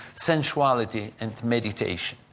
sensuality and meditation.